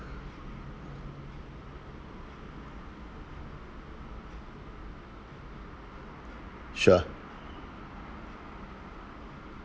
sure